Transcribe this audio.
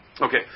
Okay